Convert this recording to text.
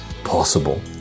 possible